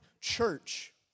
church